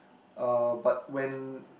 uh but when